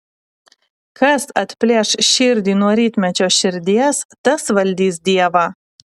kas atplėš širdį nuo rytmečio širdies tas valdys dievą